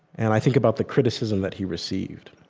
and i think about the criticism that he received.